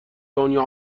دنیا